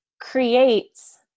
creates